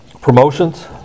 promotions